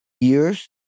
years